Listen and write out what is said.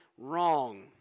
wrong